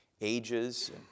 ages